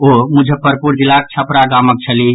ओ मुजफ्फरपुर जिलाक छपरा गामक छलीह